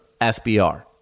SBR